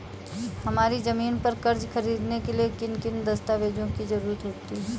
हमारी ज़मीन पर कर्ज ख़रीदने के लिए किन किन दस्तावेजों की जरूरत होती है?